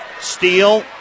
steal